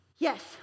Yes